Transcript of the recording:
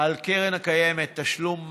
על הקרן הקיימת, תשלום מס,